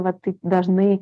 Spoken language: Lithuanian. va taip dažnai